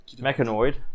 mechanoid